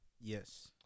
Yes